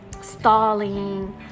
stalling